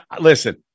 Listen